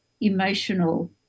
emotional